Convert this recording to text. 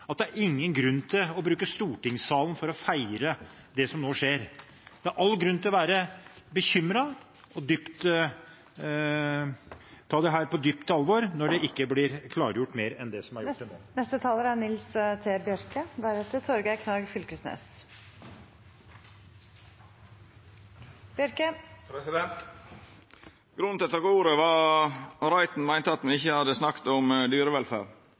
at det er ingen grunn til å bruke stortingssalen til å feire det som nå skjer. Det er all grunn til å være bekymret og ta dette på dypt alvor når det ikke blir mer klargjort enn det er gjort til nå. Grunnen til at eg tek ordet, er at representanten Reiten meinte me ikkje hadde snakka om dyrevelferd.